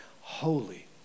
holy